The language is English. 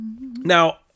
Now